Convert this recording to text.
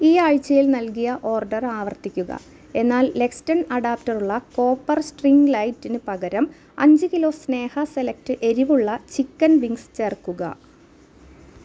ഈ ആഴ്ചയിൽ നൽകിയ ഓർഡർ ആവർത്തിക്കുക എന്നാൽ ലെക്സ്റ്റൺ അഡാപ്റ്ററുള്ള കോപ്പർ സ്ട്രിംഗ് ലൈറ്റിന് പകരം അഞ്ച് കിലോ സ്നേഹ സെലക്ട് എരിവുള്ള ചിക്കൻ വിംഗ്സ് ചേർക്കുക